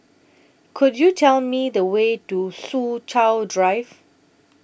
Could YOU Tell Me The Way to Soo Chow Drive